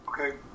Okay